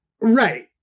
Right